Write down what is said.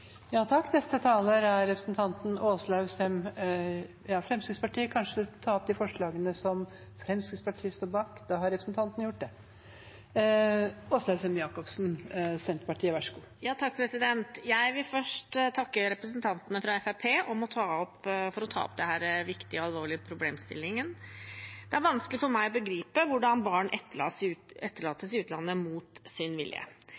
Representanten skal kanskje ta opp de forslagene som Fremskrittspartiet står bak? Ja. Da har representanten Himanshu Gulati tatt opp de forslagene han refererte til. Jeg vil først takke representantene fra Fremskrittspartiet for å ta opp denne viktige og alvorlige problemstillingen. Det er vanskelig for meg å begripe hvordan barn kan etterlates i utlandet mot sin vilje.